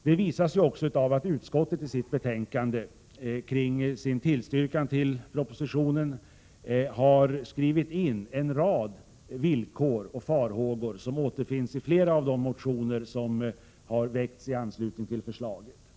Det visas också av att utskottet i sitt betänkande kring sin tillstyrkan till propositionen har skrivit in en rad villkor och farhågor som återfinns i flera av de motioner som har väckts i anslutning till förslaget.